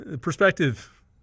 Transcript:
Perspective